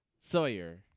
Sawyer